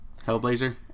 Hellblazer